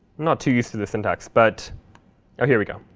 not too used to the syntax, but oh here we go.